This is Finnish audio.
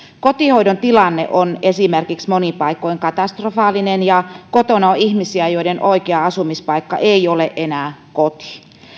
kotihoidon tilanne on esimerkiksi monin paikoin katastrofaalinen ja kotona on ihmisiä joiden oikea asumispaikka ei ole enää koti